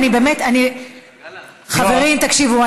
תקשיבו,